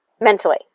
mentally